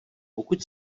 pokud